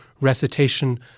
recitation